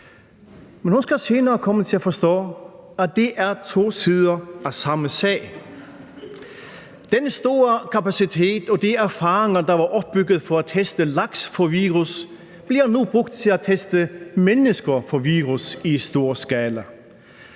Men hun skal senere komme til at forstå, at det er to sider af samme sag. Den store kapacitet og de erfaringer, der var opbygget for at teste laks for virus, bliver nu brugt til at teste mennesker for virus i stor skala,